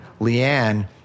Leanne